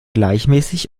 gleichmäßig